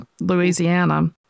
Louisiana